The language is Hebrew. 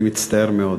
אני מצטער מאוד.